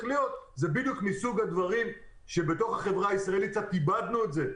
להיות זה בדיוק מסוג הדברים שבחברה הישראלית קצת איבדנו את זה.